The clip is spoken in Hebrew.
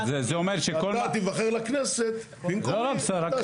אבל זה אומר שכל מה --- לא, לא, בסדר.